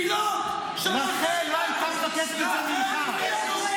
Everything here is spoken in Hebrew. ברור שרחל לא הייתה מבקשת ממך.